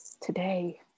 today